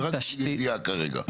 זה רק קריאה כרגע.